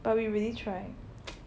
but we really trying